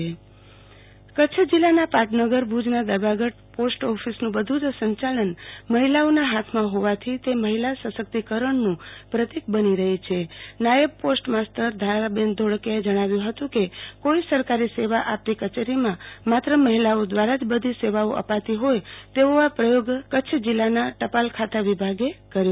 આરતી ભદ્દ મહિલા પોસ્ટ વિભાગ કચ્છ જિલ્લાના પાટનગર ભુજના દરબારગઢ પોસ્ટ ઓફિસનું બધુ જ સંચાલન મહિલાઓના હાથમાં હોવાથી તે મહિલા સશક્તિકરણનું પ્રતિક બની રહી છે નાયબ પોસ્ટ માસ્ટર ધારાબેન ધોળકીયાએ જણાવ્યુ હતું કે કોઈ સરકારી સેવા આપતી કચેરીમાં માત્ર મહિલાઓ દ્રારા જબધી સેવાઓ અપાતી હોય તેવો પ્રયોગ જિલ્લામાં ટપાલખાતા વિભાગે કર્યો છે